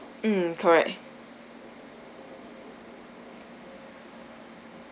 mm correct